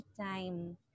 time